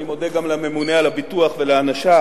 אני מודה גם לממונה על הביטוח ושוק ההון ולאנשיו.